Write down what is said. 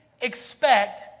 expect